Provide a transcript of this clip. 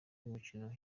y’umukino